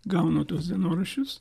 gauna tuos dienoraščius